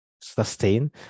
sustain